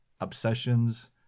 obsessions